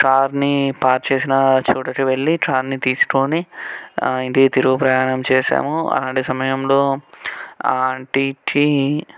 కార్ని పార్క్ చేసిన చోటకు వెళ్ళి కార్ని తీసుకొని ఇంటికి తిరుగు ప్రయాణం చేసాము అలాంటి సమయంలో ఆంటీకి